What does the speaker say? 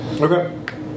okay